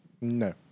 no